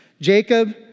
Jacob